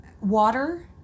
water